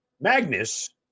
Magnus